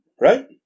Right